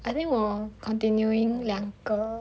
I think 我 continuing 两个